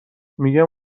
میگم